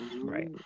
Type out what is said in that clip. right